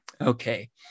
Okay